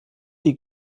die